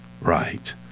right